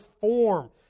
form